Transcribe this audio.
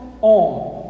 on